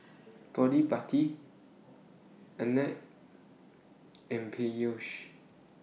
Gottipati Arnab and Peyush